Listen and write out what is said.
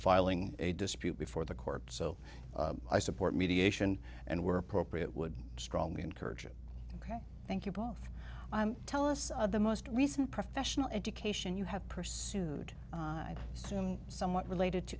filing a dispute before the court so i support mediation and were appropriate would strongly encourage it ok thank you both i'm tell us the most recent professional education you have pursued somewhat related